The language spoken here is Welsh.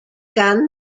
gan